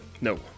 No